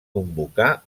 convocar